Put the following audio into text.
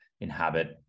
inhabit